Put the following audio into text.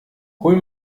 hol